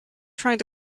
trying